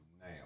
now